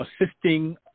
assisting